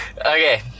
Okay